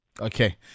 Okay